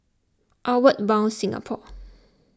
Outward Bound Singapore